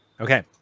Okay